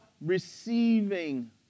receiving